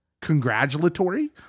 congratulatory